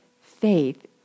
Faith